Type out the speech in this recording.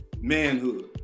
manhood